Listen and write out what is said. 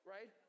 Right